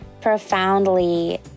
profoundly